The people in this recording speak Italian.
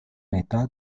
metà